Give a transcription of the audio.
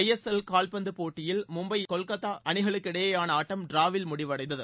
ஐ S L கால்பந்து போட்டியில் மும்பை கொல்கத்தா அணிகளுக்கு இடையேயான ஆட்டம் டிராவில் முடிவடைந்தது